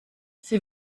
sie